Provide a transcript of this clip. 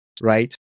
right